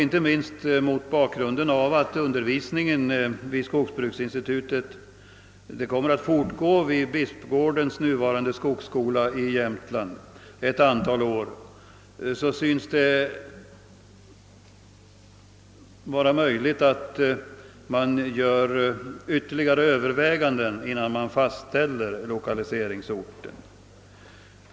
Inte minst mot bakgrunden av att undervisningen vid skogsinstitutet kommer att fortgå ett antal år vid Bispgårdens nuvarande skogsskola i Jämtland synes det vara möjligt att göra ytterligare överväganden innan man fastställer lokaliseringsorten.